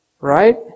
right